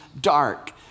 dark